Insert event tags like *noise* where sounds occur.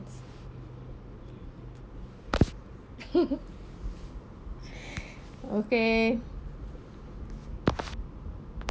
*laughs* okay